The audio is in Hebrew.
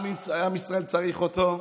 עם ישראל צריך אותו,